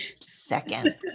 second